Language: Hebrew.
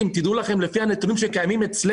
שידעו להם שלפי הנתונים שקיימים אצלה